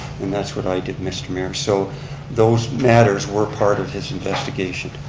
and that's what i did, mr. mayor. so those matters were part of his investigation.